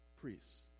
priests